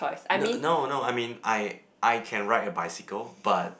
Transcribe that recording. no no I mean I I can ride a bicycle but